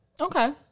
Okay